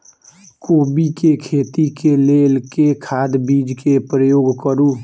कोबी केँ खेती केँ लेल केँ खाद, बीज केँ प्रयोग करू?